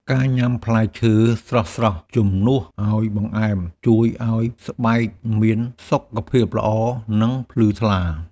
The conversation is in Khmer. ការញ៉ាំផ្លែឈើស្រស់ៗជំនួសឱ្យបង្អែម ជួយឱ្យស្បែកមានសុខភាពល្អ និងភ្លឺថ្លា។